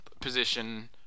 position